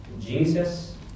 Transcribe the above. Jesus